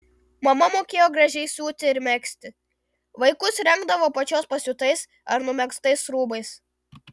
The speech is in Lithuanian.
mama mokėjo gražiai siūti ir megzti vaikus rengdavo pačios pasiūtais ar numegztais rūbais